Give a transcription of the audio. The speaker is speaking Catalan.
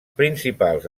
principals